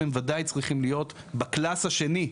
הם בוודאי צריכים להיות ב"קלאס" השני,